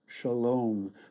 shalom